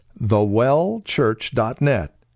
thewellchurch.net